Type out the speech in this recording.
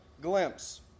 glimpse